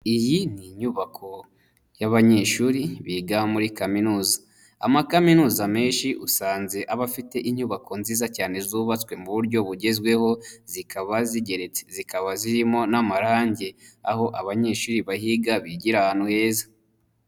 Iyi ni inyubako y'abanyeshuri biga muri kaminuza, amakaminuza menshi usanze aba afite inyubako nziza cyane zubatswe mu buryo bugezweho zikaba zigeretse, zikaba zirimo n'amarangi aho abanyeshuri bahiga bigira ahantu heza.